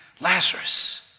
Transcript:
Lazarus